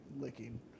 licking